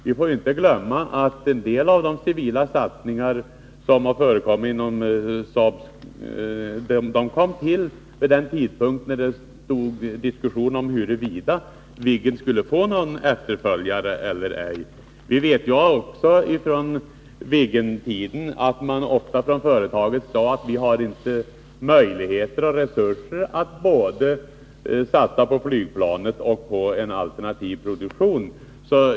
Vi får inte glömma att en del av de civila satsningar som har förekommit kom till vid den tidpunkt när diskussionen stod om huruvida Viggen skulle få någon efterföljare eller ej. Vi vet också från Viggentiden att man från företagens sida ofta sade: Vi har inte möjligheter eller resurser att satsa på både flygplanet och en alternativ produktion.